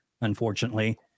unfortunately –